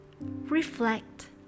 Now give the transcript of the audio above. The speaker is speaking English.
reflect